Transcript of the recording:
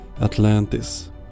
Atlantis